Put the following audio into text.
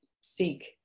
seek